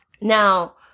Now